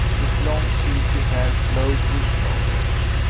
his long silky hair flowed to his shoulders.